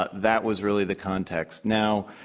but that was really the context. now,